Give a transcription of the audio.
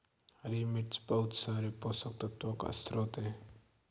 हरी मिर्च बहुत सारे पोषक तत्वों का स्रोत है